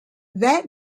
that